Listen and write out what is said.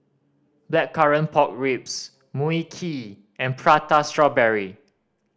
Blackcurrant Pork Ribs Mui Kee and Prata Strawberry